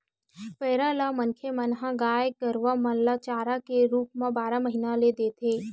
पेरा ल मनखे मन ह गाय गरुवा मन ल चारा के रुप म बारह महिना देथे